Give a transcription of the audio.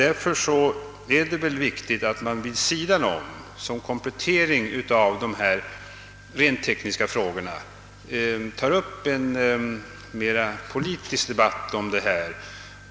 Därför är det viktigt att man vid sidan om och som en komplettering av de rent tekniska frågorna tar upp en mera politisk debatt om dessa saker.